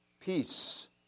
peace